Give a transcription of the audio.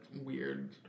weird